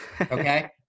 okay